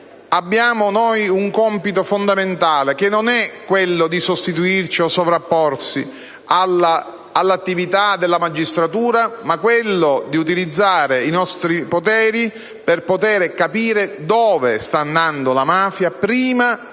colleghi, un compito fondamentale, che non è quello di sostituirci o di sovrapporci all'attività della magistratura, ma quello di utilizzare i nostri poteri per poter capire dove sta andando la mafia prima che essa